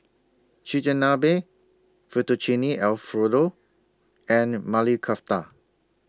Chigenabe Fettuccine Alfredo and Mali Kofta